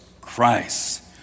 Christ